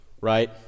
right